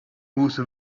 whose